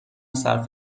صرف